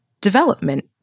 development